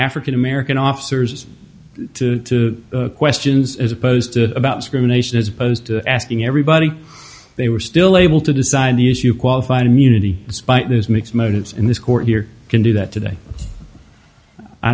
african american officers questions as opposed to about scream anation as opposed to asking everybody they were still able to design the issue qualified immunity despite those mixed motives in this court here can do that today i